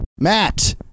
Matt